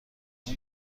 اون